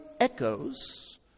echoes